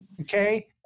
Okay